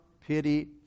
pity